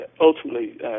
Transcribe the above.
ultimately